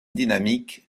dynamique